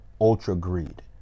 ultra-greed